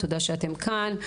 תודה שאתם כאן.